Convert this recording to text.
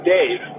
Dave